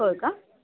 हो का